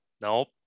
Nope